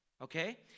Okay